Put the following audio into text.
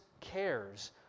cares